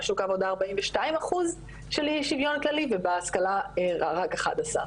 בשוק העבודה 42 אחוזים של אי שוויון כללי ובהשכלה רק 11 אחוזים.